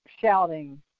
shouting